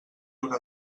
una